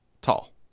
tall